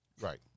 Right